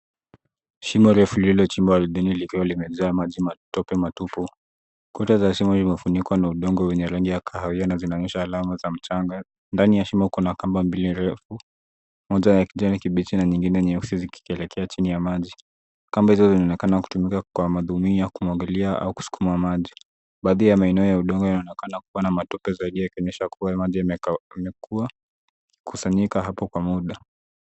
Shimo refu lililochimbwa ardhini likiwa limejaa maji matope matupu. Kuta za shimo limefunikwa na udongo wenye rangi ya kahawia na zinaonyesha alama za mchanga. Ndani ya shimo kuna kamba mbili refu, moja ya kijani kibichi na nyingine nyeusi zikielekea chini ya maji. Kamba hizo zinaonekana kutumika kwa madumu ya kumwagilia au kusukuma maji. Baadhi ya maeneo ya udongo yanaonekana kuwa na matope zaidi yakionyesha kuwa maji yamekuwa kusanyika hapo muda.